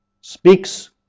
speaks